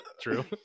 true